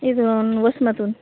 इथून वसमतहून